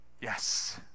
yes